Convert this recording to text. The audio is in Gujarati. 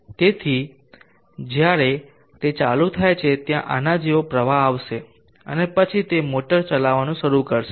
તેથી જ્યારે તે ચાલુ થાય છે ત્યાં આના જેવો પ્રવાહ આવશે અને તે પછી તે મોટર ચલાવવાનું શરૂ કરશે